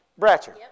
Bratcher